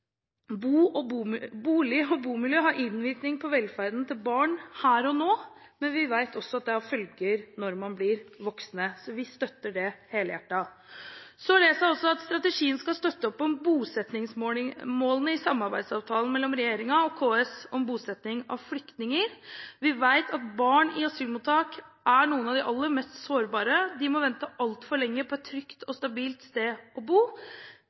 særskilt på barnefamilier. Bolig og bomiljø har innvirkning på velferden til barn her og nå, men vi vet også at det har følger når man blir voksen. Så vi støtter det helhjertet. Jeg leser også at strategien skal støtte opp om bosettingsmålene i samarbeidsavtalen mellom regjeringen og KS om bosetting av flyktninger. Vi vet at barn i asylmottak er noen av de aller mest sårbare, de må vente altfor lenge på et trygt og stabilt sted å